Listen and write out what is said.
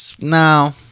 No